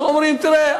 אז אומרים: תראה,